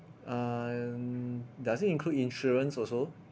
um does it include insurance also